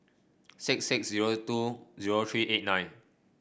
six six zero two zero three eight nine